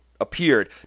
appeared